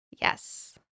Yes